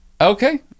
Okay